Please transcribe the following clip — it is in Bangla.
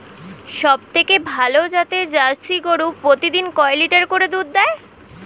সবথেকে ভালো জাতের জার্সি গরু প্রতিদিন কয় লিটার করে দুধ দেয়?